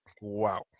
Wow